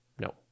no